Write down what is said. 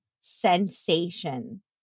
sensation